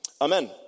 amen